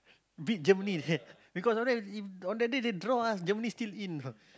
beat Germany seh because on that on that day they draw ah Germany still in know